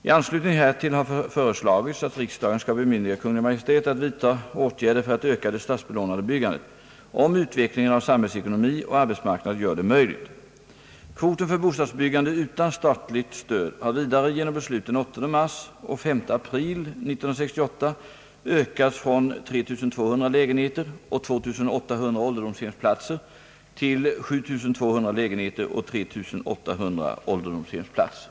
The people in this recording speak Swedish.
I anslutning härtill har föreslagits att riksdagen skall bemyndiga Kungl. Maj:t att vidta åtgärder för att öka det statsbelånade byggandet, om utvecklingen av samhällsekonomi och ar betsmarknad gör det möjligt. Kvoten för bostadsbyggande utan statligt stöd har vidare genom beslut den 8 mars och 5 april 1968 ökats från 3 200 lägenheter och 2800 ålderdomshemsplatser till 7200 lägenheter och 3800 ålderdomshemsplatser.